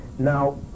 Now